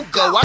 go